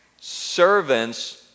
Servants